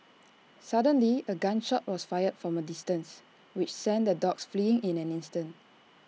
suddenly A gun shot was fired from A distance which sent the dogs fleeing in an instant